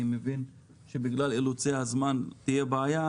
אני מבין שבגלל אילוצי הזמן תהיה בעיה.